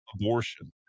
abortion